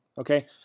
okay